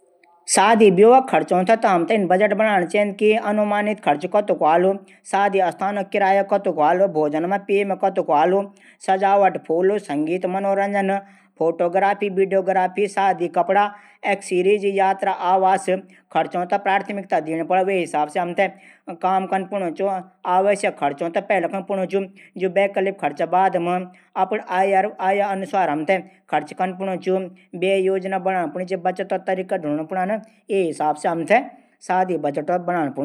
शादी ब्यो खर्चों थै त हम इन बजट बणान चैद की अनुमानित खर्च कतकू हुवालू। शादी स्थान किराया कतकू हुवालू। भोजन-पानी मा कतक खर्च ह्वे सकदू। सजावट संगीत मनोरंजन फोटोग्राफी बीडियो ग्राफी कपडा एकसीरीज यात्रा आवास खर्चों थै प्राथमिकता दीण प्वाडली वे हिसाब से। आवश्यक खर्चों थै पैली रखण पुण च। वैकल्पिक खर्च बाद मा। अपडी आय अनुसार हमथे खर्च कन पुण च। व्यय योजना बणान चैंद।